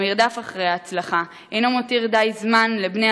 המרדף אחרי ההצלחה אינו מותיר לבני-הנוער